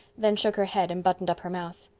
then shook her head and buttoned up her mouth.